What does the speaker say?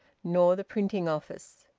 nor the printing office.